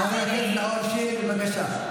אמרתי, מהממשלה.